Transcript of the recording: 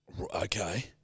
Okay